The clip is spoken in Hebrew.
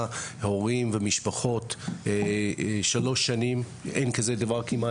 הורים ומשפחות למשך שלוש שנים שאין כזה דבר כמעט,